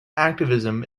activism